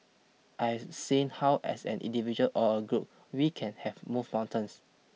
I have seen how as an individual or a group we can have move mountains